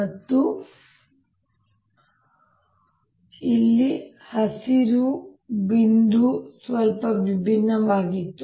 ಮತ್ತು ಇಲ್ಲಿ ಹಸಿರು ಬಿಂದು ಸ್ವಲ್ಪ ವಿಭಿನ್ನವಾಗಿತ್ತು